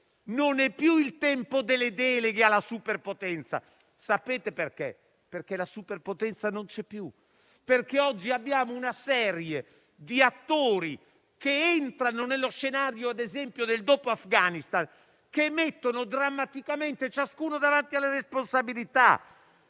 Non è più il tempo delle deleghe alla superpotenza e sapete perché? La superpotenza non c'è più, perché oggi abbiamo una serie di attori che entrano nello scenario - ad esempio del dopo Afghanistan - che mettono drammaticamente ciascuno davanti alle responsabilità.